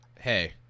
hey